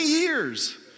years